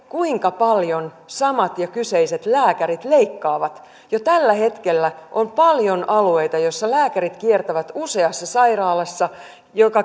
kuinka paljon samat ja kyseiset lääkärit leikkaavat jo tällä hetkellä on paljon alueita joilla lääkärit kiertävät useassa sairaalassa mikä